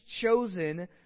chosen